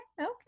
okay